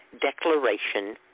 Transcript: Declaration